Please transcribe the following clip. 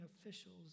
officials